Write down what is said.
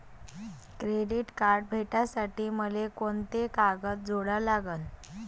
Credit card भेटासाठी मले कोंते कागद जोडा लागन?